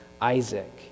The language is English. Isaac